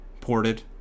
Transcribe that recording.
Ported